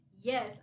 yes